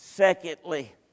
Secondly